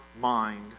mind